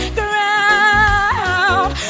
ground